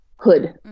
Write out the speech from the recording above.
hood